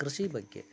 ಕೃಷಿ ಬಗ್ಗೆ